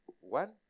One